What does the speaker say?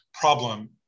problem